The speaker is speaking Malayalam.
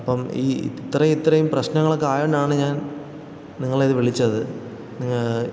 അപ്പോള് ഇത്രയും ഇത്രയും പ്രശ്നങ്ങളൊക്കെ ആയതുകൊണ്ടാണ് ഞാൻ നിങ്ങളെ വിളിച്ചത്